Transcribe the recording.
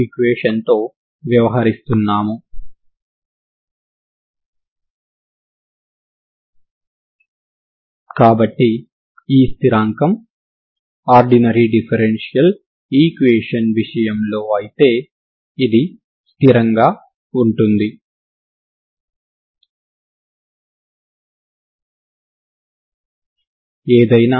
వాస్తవానికి సరిహద్దు షరతును వర్తింప చేయడం ద్వారా మనం నేరుగా దీనిని చేయగలము సరేనా